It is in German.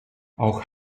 auch